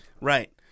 Right